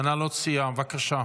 מנהלות סיעה, בבקשה.